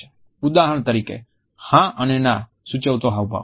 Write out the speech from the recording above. ઉદાહરણ તરીકે હા અને ના સૂચવતો હાવભાવ